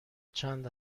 چند